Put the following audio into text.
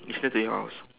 it's near to your house